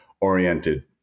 oriented